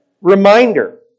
reminder